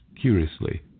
curiously